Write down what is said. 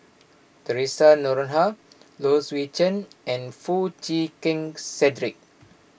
theresa Noronha Low Swee Chen and Foo Chee Keng Cedric